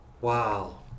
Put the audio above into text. Wow